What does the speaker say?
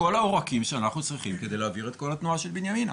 אלו כל העורקים שאנחנו צריכים כדי להעביר את כל התנועה של בנימינה.